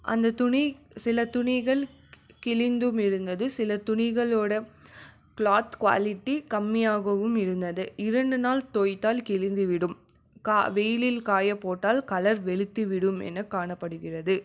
அந்த துணி சில துணிகள் கிழிந்தும் இருந்தது சில துணிகளோட கிளாத் குவாலிட்டி கம்மியாகவும் இருந்தது இரண்டு நாள் தோய்த்தால் கிழிந்து விடும் கா வெயிலில் காய போட்டால் கலர் வெளுத்து விடும் என காணப்படுகிறது